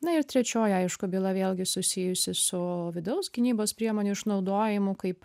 na ir trečioji aišku byla vėlgi susijusi su vidaus gynybos priemonių išnaudojimu kaip